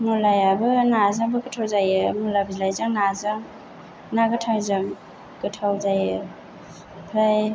मुलायाबो नाजोंबो गोथाव जायो मुला बिलायजों नाजों ना गोथांजों गोथाव जायो ओमफ्राय